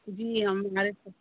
जी हम घर